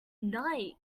night